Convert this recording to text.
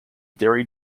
derry